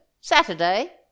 Saturday